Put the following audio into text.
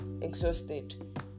exhausted